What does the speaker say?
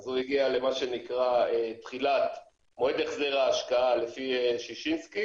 אז הוא הגיע למועד החזר ההשקעה לפי ששינסקי